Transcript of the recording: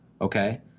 okay